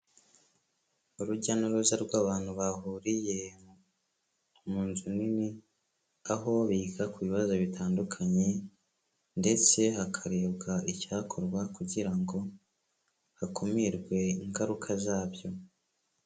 Urujya n'uruza rw'abantu bahuriye mu nzu nini, aho biga ku bibazo bitandukanye ndetse hakarebwa icyakorwa kugira ngo hakumirwe ingaruka zabyo.